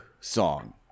song